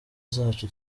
zacu